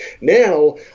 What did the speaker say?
Now